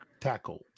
tackle